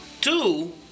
Two